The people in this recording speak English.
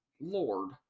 Lord